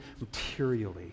materially